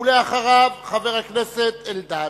ואחריו, חבר הכנסת אלדד.